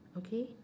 okay